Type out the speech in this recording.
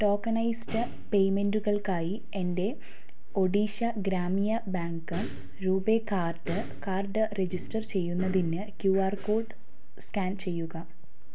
tokenised പേയ്മെൻ്റുകൾക്കായി എൻ്റെ Odisha Gramya bank RuPay card card register ചെയ്യുന്നതിന് ക്യു ആർ കോഡ് സ്കാൻ ചെയ്യുക